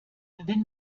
wenn